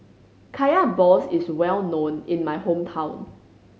Kaya balls is well known in my hometown